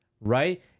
Right